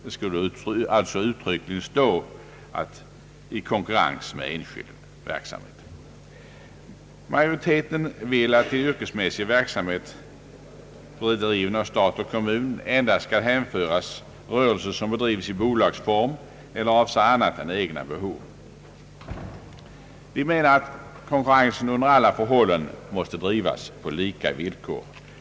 Det skulle alltså uttryckligen stå »i konkurrens med enskild verksamhet». Majoriteten vill att till yrkesmässig verksamhet, bedriven av stat och kommun, endast skall hänföras rö relse som bedrivs i bolagsform eller avser annat än egna behov. Vi menar att konkurrensen under alla förhållanden måste drivas på lika villkor.